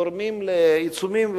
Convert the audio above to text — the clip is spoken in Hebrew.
גורמים לעיצומים,